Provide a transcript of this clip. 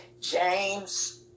James